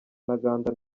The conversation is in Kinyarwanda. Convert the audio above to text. ntaganda